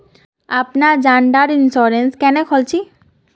अपना जान डार इंश्योरेंस क्नेहे खोल छी?